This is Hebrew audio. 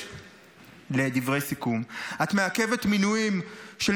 אדם שאין לו שום קשר להגנת הסביבה,